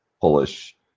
Polish